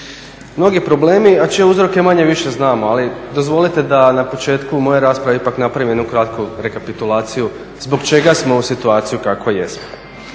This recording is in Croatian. mnogi problemi, a čije uzroke manje-više znamo. Ali dozvolite da na početku moje rasprave ipak napravim jednu kratku rekapitulaciju zbog čega smo u situaciji u kakvoj